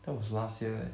that was last year eh